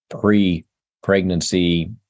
pre-pregnancy